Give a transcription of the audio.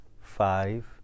five